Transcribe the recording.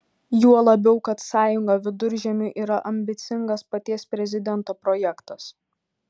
juo labiau kad sąjunga viduržemiui yra ambicingas paties prezidento projektas